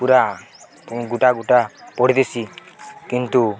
ପୁରା ଗୁଟା ଗୁଟା ପଡ଼ିଦସି କିନ୍ତୁ